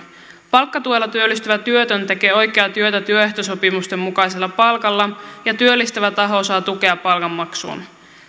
palkkatuella työllistyvä työtön tekee oikeaa työtä työehtosopimusten mukaisella palkalla ja työllistävä taho saa tukea palkanmaksuun